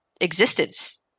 existence